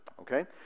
okay